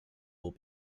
will